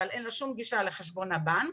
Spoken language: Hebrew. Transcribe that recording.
אבל אין לה שום גישה לחשבון הבנק